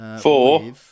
Four